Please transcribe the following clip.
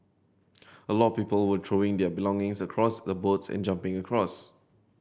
a lot of people were throwing their belongings across the boats and jumping across